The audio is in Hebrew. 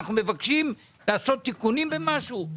שאנחנו מבקשים לעשות תיקונים במשהו?